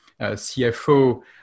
CFO